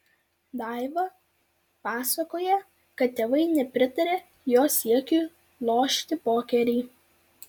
daiva pasakoja kad tėvai nepritarė jos siekiui lošti pokerį